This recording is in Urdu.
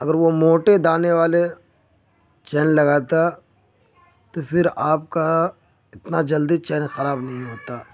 اگر وہ موٹے دانے والے چین لگاتا تو پھر آپ کا اتنا جلدی چین خراب نہیں ہوتا